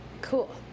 Cool